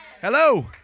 Hello